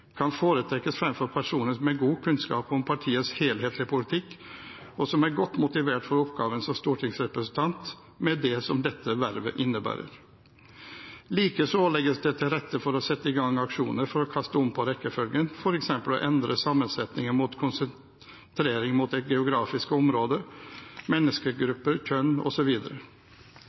kan foretrekkes fremfor personer med god kunnskap om partiets helhetlige politikk og som er godt motivert for oppgaven som stortingsrepresentant med det som dette vervet innebærer. Likeså legges det til rette for å sette i gang aksjoner for å kaste om på rekkefølgen, f.eks. å endre sammensetningen mot konsentrering om et geografisk område, menneskegrupper, kjønn